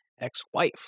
ex-wife